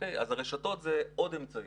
אז הרשתות זה עוד אמצעי,